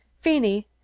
feeney,